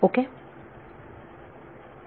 विद्यार्थी ओके